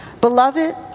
Beloved